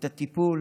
את הטיפול,